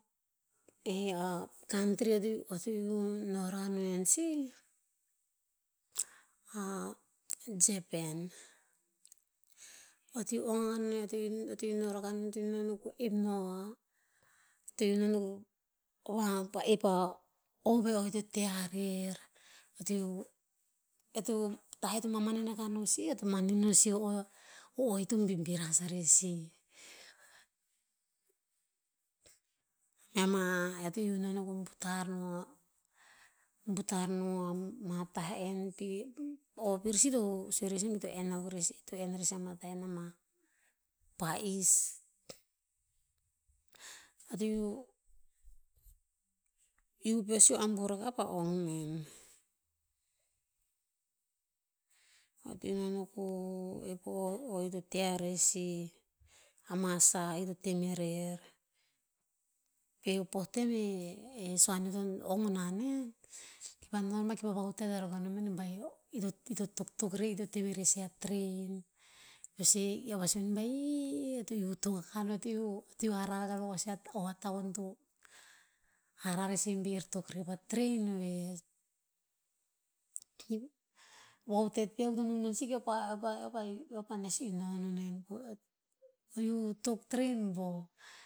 kantri te iuh nora no ensi, japan. Bati ong ne ti- ti no rakan ti no noko ep no, ti nono wa ep pah o veh o' ii to te ha rer. ta het ma mano kano no sih, to manin no sin o'oa, o'ii to bibiras arer sih. Mea ma, eo to iuh no ko butar no- butar no, ama tah enn pih o pir sih to, sue rer si bi to enn akuk rer si, to enn rer sii ama tah enn ama pa'iss. Ate iuh iuh, iuh pesio a boro, apa ong mem. Eo na no ko ep po o'ii ea to teh arer sih, ama sa ii teh ti me'rer. Okay, po tem eh suan neo to ong ona nen, kii pah noma ki pah vahutet to ro kaneo manih ba ir- irr to- to- tok- tok rer irr to teh me'rer sih a train. pah suei io ba sun, "ii eo to iuh tok akah no, eo to iuhe- eo to iuh hara no sii o a tavohn to hara rer sih bir tok rer va train veh." vahutet pih nono nung non sih keo pah, eo pah- eo pah nes iuh nono ner, aiuh top tren bo.